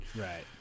Right